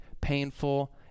painful